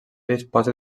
disposa